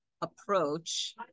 approach